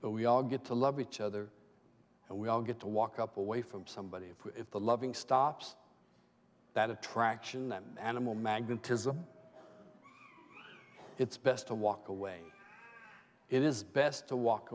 but we all get to love each other and we all get to walk up away from somebody if the loving stops that attraction them animal magnetism it's best to walk away it is best to walk